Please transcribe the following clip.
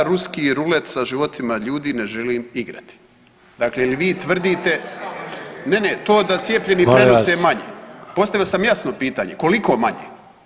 Ja ruski rulet sa životima ljudima ne želim igrati, dakle je li vi tvrdite… [[Upadica iz klupe se ne razumije]] , ne, ne, to da cijepljeni prenose manje [[Upadica: Molim vas]] Postavio sam jasno pitanje, koliko manje?